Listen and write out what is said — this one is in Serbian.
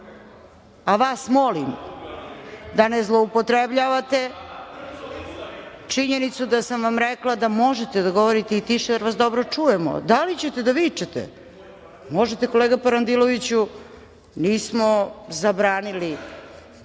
A vas molim, da ne zloupotrebljavate činjenicu da sam vam rekla da možete da govorite i tiše jer vas dobro čujemo. Da li ćete da vičete, možete kolega Parandiloviću, nismo zabranili